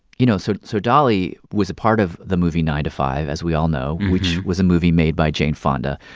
you know so so dolly was a part of the movie nine to five, as we all know, which was a movie made by jane fonda,